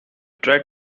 tried